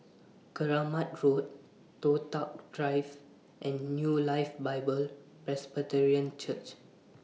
Keramat Road Toh Tuck Drive and New Life Bible Presbyterian Church